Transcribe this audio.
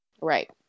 Right